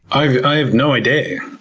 i have no idea.